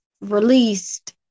released